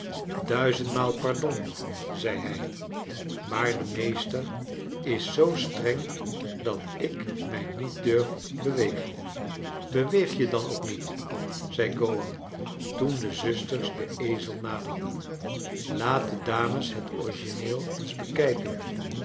duizendmaal pardon zei hij maar de meester is zoo streng dat ik mij niet durf bewegen beweeg je dan ook niet zei gowan toen de zusters den ezel naderden laat de dames het origineel eens bekijken